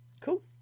Cool